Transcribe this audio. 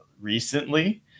recently